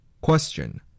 Question